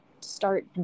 start